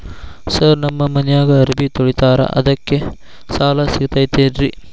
Sir ನಮ್ಮ ಮನ್ಯಾಗ ಅರಬಿ ತೊಳಿತಾರ ಅದಕ್ಕೆ ಸಾಲ ಸಿಗತೈತ ರಿ?